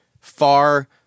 far